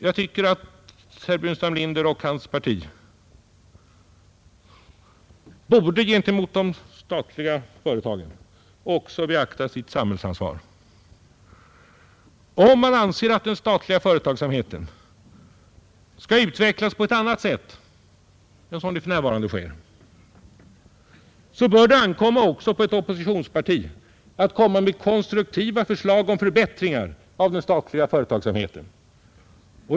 Jag tycker att herr Burenstam Linder och hans parti borde beakta sitt samhällsansvar även gentemot de statliga företagen. Om man anser att den statliga företagsamheten skall utvecklas på annat sätt än som för närvarande sker, så bör det också ankomma på ett oppositionsparti att framlägga konstruktiva förslag till förbättringar av den statliga företagsamheten.